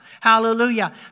Hallelujah